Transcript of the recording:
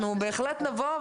אנחנו בהחלט נבוא,